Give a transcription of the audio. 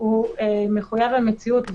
הוא מחויב המציאות,